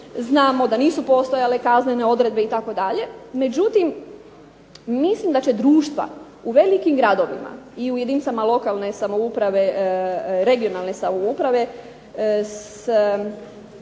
znamo da nisu postojale kaznene odredbe itd. Međutim, mislim da će društva u velikim gradovima i jedinicama lokalne i područne (regionalne) samouprave sa